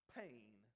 pain